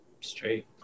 straight